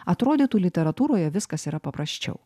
atrodytų literatūroje viskas yra paprasčiau